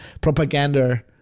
propaganda